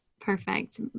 Perfect